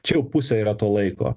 čia jau pusė yra to laiko